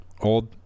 Old